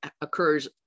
occurs